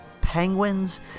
Penguins